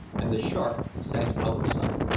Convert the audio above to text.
and the shark sank out of sight.